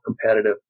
competitive